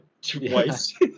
twice